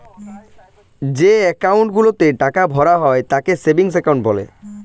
যে অ্যাকাউন্ট গুলোতে টাকা ভরা হয় তাকে সেভিংস অ্যাকাউন্ট বলে